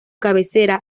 cabecera